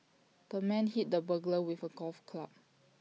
the man hit the burglar with A golf club